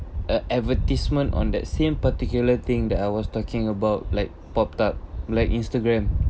a advertisement on that same particular thing that I was talking about like popped up like instagram